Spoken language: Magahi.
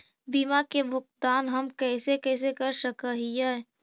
बीमा के भुगतान हम कैसे कैसे कर सक हिय?